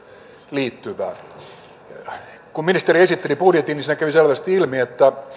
aihealueeseen liittyvää kun ministeri esitteli budjetin niin siinä kävi selvästi ilmi että